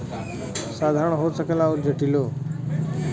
साधारणो हो सकेला अउर जटिलो